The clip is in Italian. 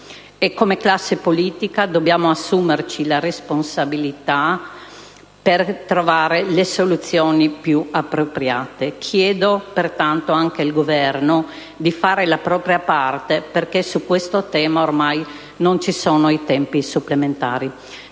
come classe politica, dobbiamo assumerci la responsabilità per trovare le soluzioni più appropriate. Chiedo pertanto anche al Governo di fare la propria parte, perché su questo tema ormai non ci sono p tempi supplementari.